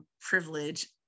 privilege